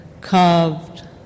carved